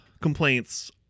complaints